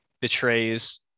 betrays